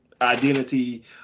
identity